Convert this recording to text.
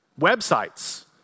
Websites